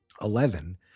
Eleven